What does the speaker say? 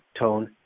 tone